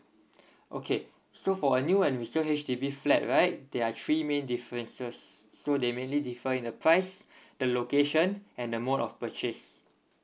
okay so for my new and resale H_D_B flat right there are three main differences so they mainly differ in the price the location and the mode of purchase